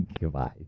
Goodbye